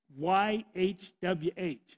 YHWH